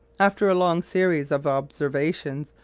after a long series of observations,